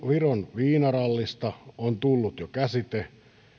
viron viinarallista on tullut jo käsite